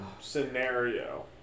scenario